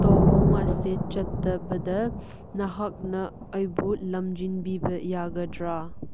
ꯊꯧꯑꯣꯡ ꯑꯁꯤ ꯆꯠꯊꯕꯗ ꯅꯍꯥꯛꯅ ꯑꯩꯕꯨ ꯂꯝꯖꯤꯡꯕꯤꯕ ꯌꯥꯒꯗ꯭ꯔ